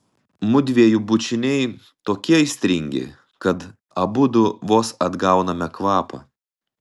mudviejų bučiniai tokie aistringi kad abudu vos atgauname kvapą